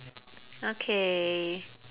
okay